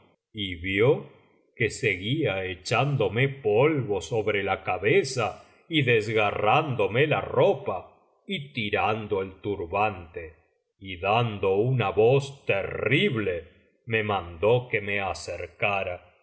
y vio que seguía echándome polvo sobre la cabeza y desgarrándome la ropa y tirando el turbante y dando una voz terrible me mandó que me acercara al